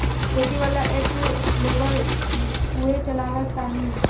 खेती वाला ऐप तू लेबऽ उहे चलावऽ तानी